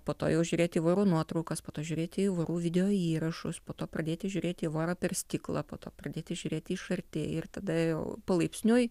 po to jau žiūrėti į vorų nuotraukas po to žiūrėti į vorų videoįrašus po to pradėti žiūrėti į vorą per stiklą po to pradėti žiūrėti iš arti ir tada jau palaipsniui